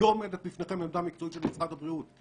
לא עומדת בפניכם עמדה מקצועית של משרד הבריאות.